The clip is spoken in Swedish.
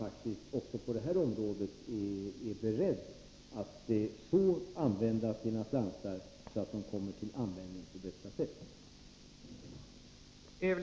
Samtidigt har statens heraldiska nämnd avskaffats och ersatts med en rådgivande nämnd inom riksarkivet.